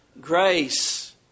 grace